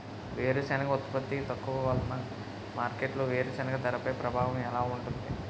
వేరుసెనగ ఉత్పత్తి తక్కువ వలన మార్కెట్లో వేరుసెనగ ధరపై ప్రభావం ఎలా ఉంటుంది?